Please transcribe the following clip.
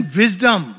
wisdom